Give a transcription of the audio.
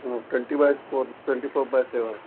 twenty by four twenty four bar seven